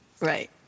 Right